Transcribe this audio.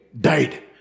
died